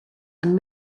and